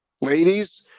Ladies